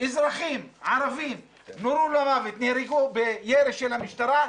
אזרחים ערבים נורו למוות, נהרגו בירי של המשטרה,